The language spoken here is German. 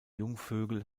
jungvögel